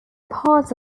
parts